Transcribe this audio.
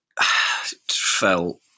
felt